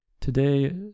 Today